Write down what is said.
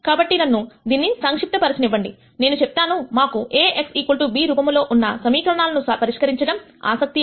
కాబట్టి నన్ను దీన్ని సంక్షిప్త పరచనివ్వండి నేను చెప్తాను మాకు A x b రూపములో ఉన్న సమీకరణాలను పరిష్కరించడం ఆసక్తి అని